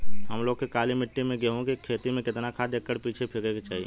हम लोग के काली मिट्टी में गेहूँ के खेती में कितना खाद एकड़ पीछे फेके के चाही?